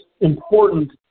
important